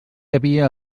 havia